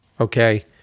okay